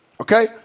Okay